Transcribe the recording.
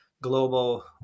global